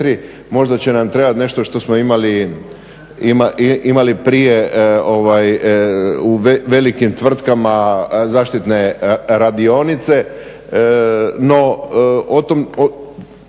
možda će nam trebati nešto što smo imali prije u velikim tvrtkama zaštitne radionice. No mislim